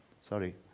Sorry